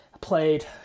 Played